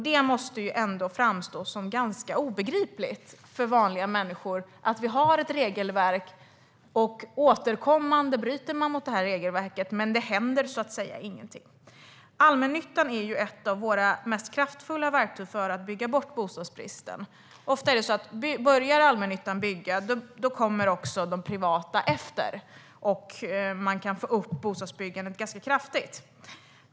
Det måste ändå framstå som ganska obegripligt för vanliga människor att vi har ett regelverk som kommuner återkommande bryter mot men att ingenting händer. Allmännyttan är ett av våra mest kraftfulla verktyg för att bygga bort bostadsbristen. Oftast är det så att om allmännyttan börjar bygga kommer de privata efter och man kan få upp bostadsbyggandet ganska kraftigt.